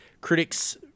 critics